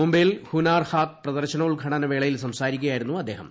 മുംബൈയിൽ ഹുനാർ ഹാത്ത് പ്രദർശനോൽഘാടന വേളയിൽ സംസാരിക്കുകയായിരുന്നു ആദ്ദേഹം